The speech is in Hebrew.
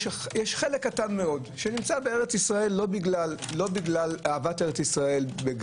יש חלק קטן מאוד שנמצא בארץ ישראל לא בגלל אהבת